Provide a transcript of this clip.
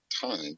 time